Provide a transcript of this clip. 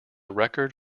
record